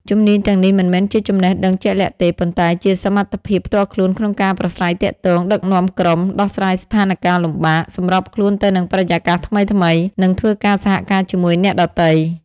ជំនាញទាំងនេះមិនមែនជាចំណេះដឹងជាក់លាក់ទេ ប៉ុន្តែជា សមត្ថភាពផ្ទាល់ខ្លួនក្នុងការប្រាស្រ័យទាក់ទង ដឹកនាំក្រុម ដោះស្រាយស្ថានការណ៍លំបាក សម្របខ្លួនទៅនឹងបរិយាកាសថ្មីៗ និងធ្វើការសហការជាមួយអ្នកដទៃ ។